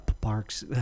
barks